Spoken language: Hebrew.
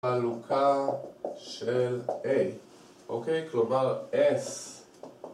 חלוקה של a, אוקיי? כלומר s